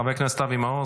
חבר הכנסת אבי מעוז,